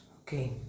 Okay